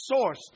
source